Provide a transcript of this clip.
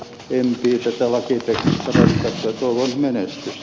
rimpiset ovat tähän mennessä